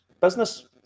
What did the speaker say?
business